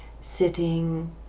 sitting